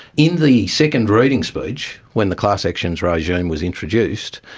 in the second reading speech when the class actions regime was introduced,